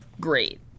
great